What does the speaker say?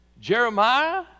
Jeremiah